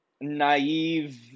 naive